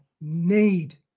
need